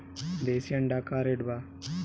देशी अंडा का रेट बा?